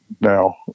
Now